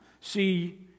See